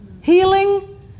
Healing